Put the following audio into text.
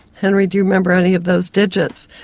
henry, do you remember any of those digits?